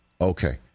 Okay